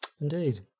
indeed